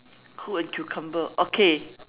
cool as a cucumber okay